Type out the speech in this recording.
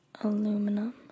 aluminum